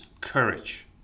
courage